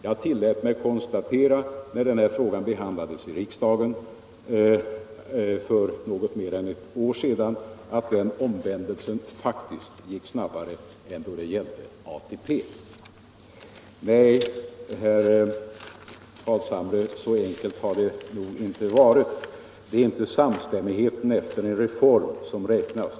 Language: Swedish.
Jag tillät mig konstatera när den här frågan behandlades i riksdagen för något mer än ett år sedan att den omvändelsen faktiskt gick snabbare än när det gällde ATP. Nej, herr Carlshamre, så enkelt har det nog inte varit. Det är inte samstämmigheten efter en reform som räknas.